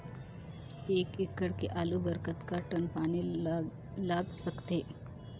एक एकड़ के आलू बर कतका टन पानी लाग सकथे?